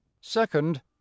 second